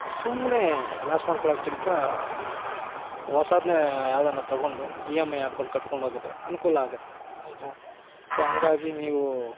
ಸುಮ್ಮನೆ ಲಾಸ್ ಮಾಡ್ಕೊಳ್ಳೊದ್ಕಿಂತ ಹೊಸಾದ್ನೆ ಯಾವ್ದಾನ ತಗೊಂಡು ಇ ಎಮ್ ಐ ಹಾಕೊಂಡ್ ಕಟ್ಕೊಂಡು ಹೋಗಿದ್ರೆ ಅನುಕೂಲ ಆಗತ್ತೆ ಆಯಿತಾ ಸೊ ಹಾಗಾಗಿ ನೀವು